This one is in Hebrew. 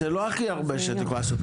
זה לא הכי הרבה שאת יכולה לעשות.